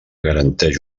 garanteix